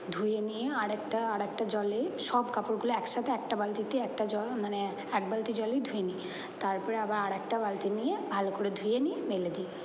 ধুয়ে নিয়ে আরেকটা আরেকটা জলে সব কাপড়গুলো একসাথে একটা বালতিতে একটা জল মানে এক বালতি জলেই ধুয়ে নিই তারপরে আবার আরেকটা বালতি নিয়ে ভালো করে ধুয়ে নিয়ে মেলে দিই